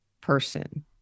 person